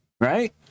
right